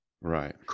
Right